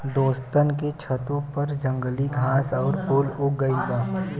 दोस्तन के छतों पर जंगली घास आउर फूल उग गइल बा